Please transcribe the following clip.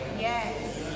Yes